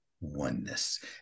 oneness